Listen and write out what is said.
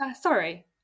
sorry